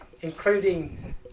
including